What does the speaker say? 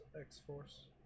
X-Force